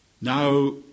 Now